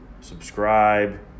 subscribe